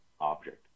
object